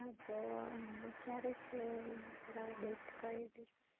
હા તો કયારે છે જરા ડેટ કઈ દેજો